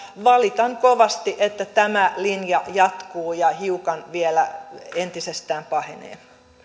valitan kovasti että tämä linja jatkuu ja hiukan vielä entisestään pahenee arvoisa